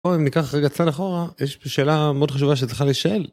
או אם ניקח רגע צעד אחורה, יש פה שאלה מאוד חשובה שצריכה לשאל.